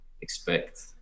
expect